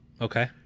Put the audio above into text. Okay